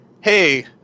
hey